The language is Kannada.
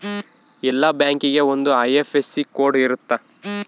ಎಲ್ಲಾ ಬ್ಯಾಂಕಿಗೆ ಒಂದ್ ಐ.ಎಫ್.ಎಸ್.ಸಿ ಕೋಡ್ ಇರುತ್ತ